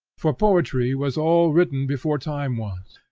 for poetry was all written before time was,